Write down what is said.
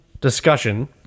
discussion